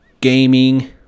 gaming